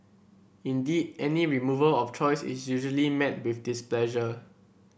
indeed any removal of choice is usually met with displeasure